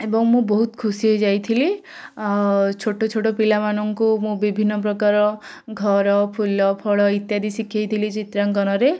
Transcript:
ଏବଂ ମୁଁ ବହୁତ ଖୁସି ହେଇଯାଇଥିଲି ଛୋଟଛୋଟ ପିଲାମାନଙ୍କୁ ମୁଁ ବିଭିନ୍ନ ପ୍ରକାର ଘର ଫୁଲଫଳ ଇତ୍ୟାଦି ଶିଖେଇଥିଲି ଚିତ୍ର ଅଙ୍କନରେ